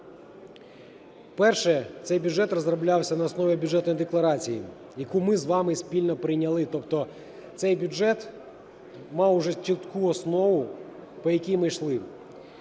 Перше. Цей бюджет розроблявся на основі Бюджетної декларації, яку ми з вами спільно прийняли, тобто цей бюджет мав вже чітку основу, по якій ми йшли.